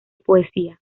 poesía